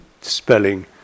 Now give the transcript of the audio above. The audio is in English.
spelling